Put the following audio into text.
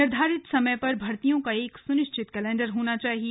निर्धारित समय पर भर्तियों का एक सुनिश्चित कैलेण्डर तैयार होना चाहिए